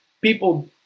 People